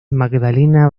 magdalena